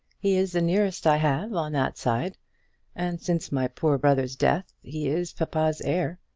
he is the nearest i have on that side and since my poor brother's death he is papa's heir.